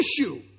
issue